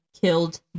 killed